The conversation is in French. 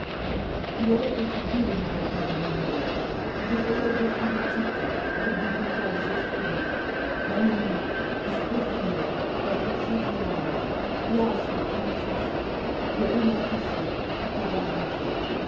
il avait étudié les maladies des mineurs il les faisait défiler toutes avec des détails effrayants l'anémie les scrofules la bronchite noire l'asthme qui étouffe les rhumatismes qui paralysent